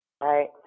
right